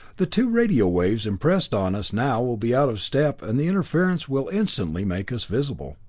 the two radio waves impressed on us now will be out of step and the interference will instantly make us visible.